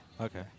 Okay